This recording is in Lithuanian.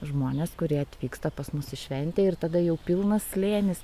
žmones kurie atvyksta pas mus į šventę ir tada jau pilnas slėnis